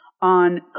on